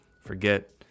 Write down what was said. forget